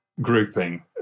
grouping